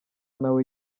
nawe